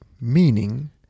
meaning